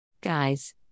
Guys